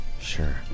Sure